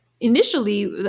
initially